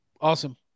awesome